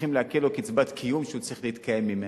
צריכים לעקל לו קצבת קיום שהוא צריך להתקיים ממנה.